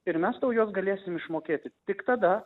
ir mes tau juos galėsim išmokėti tik tada